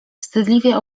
wstydliwie